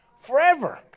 forever